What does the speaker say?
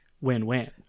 win-win